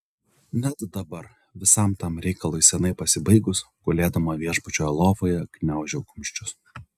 net dabar visam tam reikalui seniai pasibaigus gulėdama viešbučio lovoje gniaužau kumščius